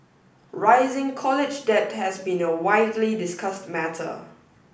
rising college debt has been a widely discussed matter